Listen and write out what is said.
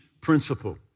principle